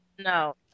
No